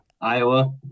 iowa